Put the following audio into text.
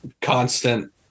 constant